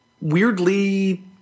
weirdly